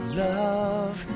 love